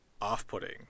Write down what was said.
off-putting